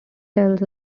tells